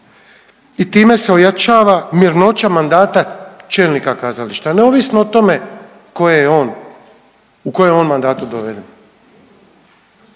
i time se ojačava mirnoća mandata čelnika kazališta, neovisno o tome koje on u kojem je on mandatu doveden.